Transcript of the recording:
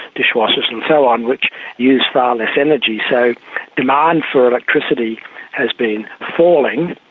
dishwashers and so on which use far less energy. so demand for electricity has been falling,